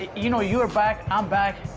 you know, you're back, i'm back.